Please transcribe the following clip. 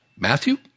Matthew